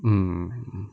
mm